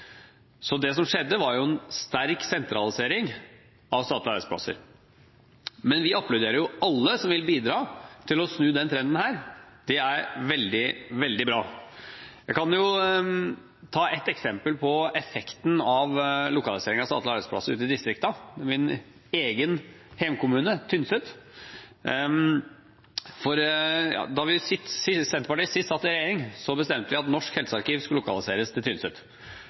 Så det som skjedde, var en sterk sentralisering av statlige arbeidsplasser. Vi applauderer alle som vil bidra til å snu den trenden. Det er veldig, veldig bra. Jeg kan ta ett eksempel på effekten av lokalisering av statlige arbeidsplasser ute i distriktene, fra min egen hjemkommune Tynset. Da Senterpartiet sist satt i regjering, bestemte vi at Norsk helsearkiv skulle lokaliseres til Tynset.